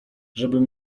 żebym